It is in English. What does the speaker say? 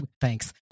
Thanks